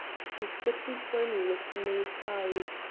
she stood before me with amazed eyes,